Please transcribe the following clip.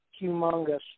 humongous